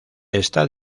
está